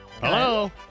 Hello